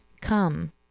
come